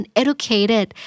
educated